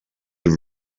have